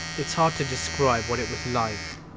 it's hard to describe what it was like,